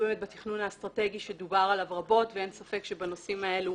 הוא באמת בתכנון האסטרטגי שדובר עליו רבות ואין ספק שבנושאים האלו